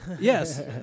Yes